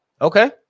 okay